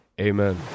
Amen